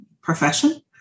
profession